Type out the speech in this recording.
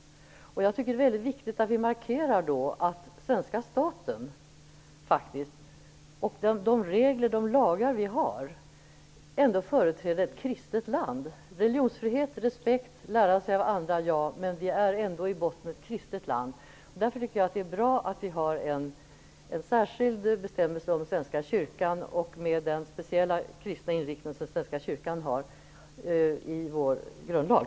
Jag tycker att det då är viktigt att vi markerar att svenska staten och de lagar vi har ändå företräder ett kristet land. Religionsfrihet, respekt, lära sig av andra - ja. Men Sverige är ändå i botten ett kristet land. Därför tycker jag att det är bra att vi har en särskild bestämmelse om Svenska kyrkan, med den speciella kristna inriktning som Svenska kyrkan har, i vår grundlag.